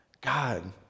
God